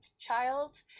child